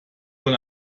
wohl